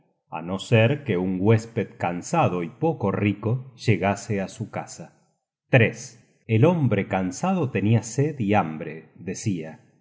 á no ser que un huésped cansado y poco rico llegase á su casa el hombre cansado tenia sed y hambre decia